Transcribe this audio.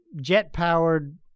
jet-powered